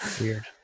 Weird